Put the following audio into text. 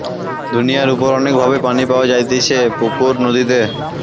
দুনিয়ার উপর অনেক ভাবে পানি পাওয়া যাইতেছে পুকুরে, নদীতে